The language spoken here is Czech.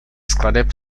skladeb